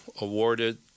awarded